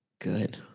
Good